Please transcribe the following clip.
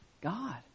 God